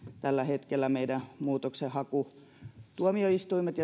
tällä hetkellä meidän muutoksenhakutuomioistuimet